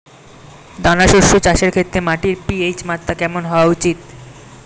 দানা শস্য চাষের ক্ষেত্রে মাটির পি.এইচ মাত্রা কেমন হওয়া উচিৎ?